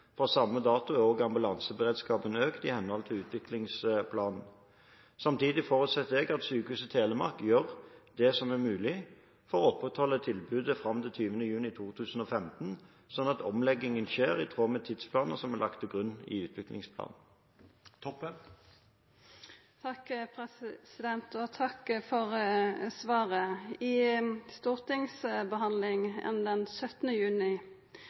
samme dato er også ambulanseberedskapen økt i henhold til utviklingsplanen. Samtidig forutsetter jeg at Sykehuset Telemark gjør det som er mulig for å opprettholde tilbudet fram til 20. juni 2015, sånn at omleggingen skjer i tråd med tidsplaner som er lagt til grunn i utviklingsplanen. Takk for svaret. I stortingsdebatten den 17. juni